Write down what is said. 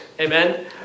Amen